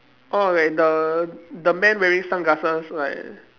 orh like the the man wearing sunglasses right